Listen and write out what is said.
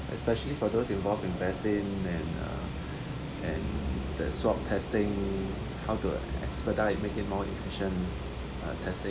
especially for those involved in basin and uh and that swab testing how to expedite make it more efficient uh testing